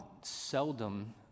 seldom